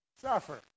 Suffer